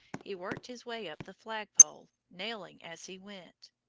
he worked his way up the flag-pole, nailing as he went.